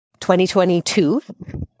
2022